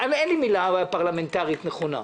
אין לי מילה פרלמנטרית נכונה,